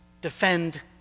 Defend